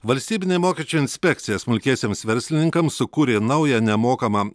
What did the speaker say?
valstybinė mokesčių inspekcija smulkiesiems verslininkams sukūrė naują nemokamą